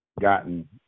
gotten